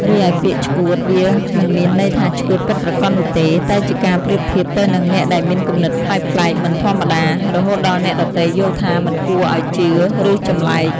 រីឯ ពាក្យ "ឆ្កួត" វាមិនមានន័យថាឆ្កួតពិតប្រាកដនោះទេ តែជាការប្រៀបធៀបទៅនឹងអ្នកដែលមានគំនិតប្លែកៗ មិនធម្មតា រហូតដល់អ្នកដទៃយល់ថាមិនគួរឱ្យជឿ ឬចម្លែក។